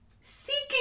seeking